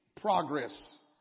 progress